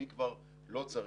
אני כבר לא צריך,